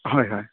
হয় হয়